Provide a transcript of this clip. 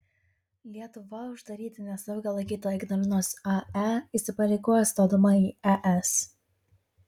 lietuva uždaryti nesaugia laikytą ignalinos ae įsipareigojo stodama į es